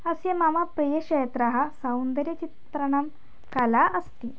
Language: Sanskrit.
अस्य मम प्रियक्षेत्रं सौन्दर्यचित्रणं कला अस्ति